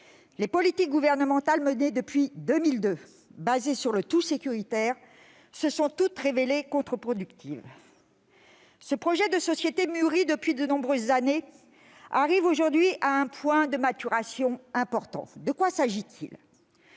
les politiques gouvernementales menées depuis 2002 en faveur du « tout-sécuritaire » se sont toutes révélées contre-productives. Ce projet de société mûri depuis de nombreuses années arrive à un point de maturation important. En effet, le